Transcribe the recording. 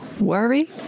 Worry